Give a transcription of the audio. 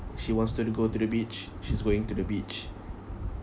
she wants to the go to the beach she's going to the beach